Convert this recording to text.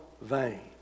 vain